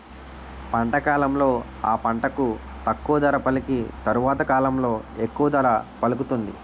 పంట కాలంలో ఆ పంటకు తక్కువ ధర పలికి తరవాత కాలంలో ఎక్కువ ధర పలుకుతుంది